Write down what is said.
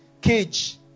cage